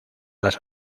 las